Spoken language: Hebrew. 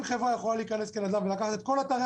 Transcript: אם חברה יכולה להיכנס כ --- ולקחת את כל אתרי